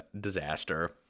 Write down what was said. disaster